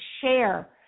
share